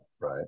right